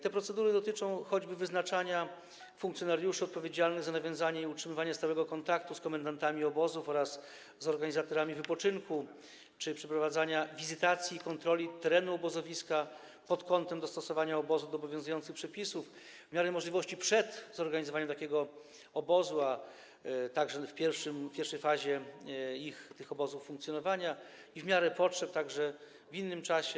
Te procedury dotyczą choćby wyznaczania funkcjonariuszy odpowiedzialnych za nawiązywanie i utrzymywanie stałego kontaktu z komendantami obozów oraz z organizatorami wypoczynku czy przeprowadzania wizytacji i kontroli terenu obozowiska pod kątem dostosowania obozu do obowiązujących przepisów, w miarę możliwości przed zorganizowaniem takiego obozu, a także w pierwszej fazie funkcjonowania tych obozów i w miarę potrzeb także w innymi czasie.